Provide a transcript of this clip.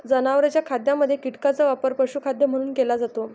जनावरांच्या खाद्यामध्ये कीटकांचा वापर पशुखाद्य म्हणून केला जातो